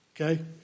okay